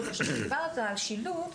דיברת עם שילוט.